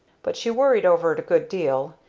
but she worried over it a good deal,